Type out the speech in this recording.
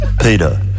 Peter